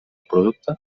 producte